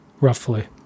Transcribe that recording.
roughly